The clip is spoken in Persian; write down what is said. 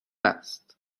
است